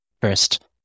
First